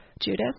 Judith